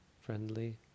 friendly